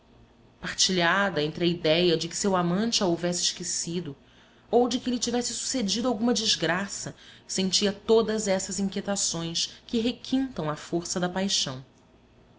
partilhada entre a idéia de que seu amante a houvesse esquecido ou de que lhe tivesse sucedido alguma desgraça sentia todas essas inquietações que requintam a força da paixão